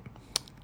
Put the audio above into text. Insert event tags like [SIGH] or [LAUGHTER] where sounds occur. [NOISE]